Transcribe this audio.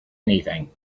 anything